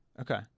Okay